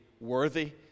worthy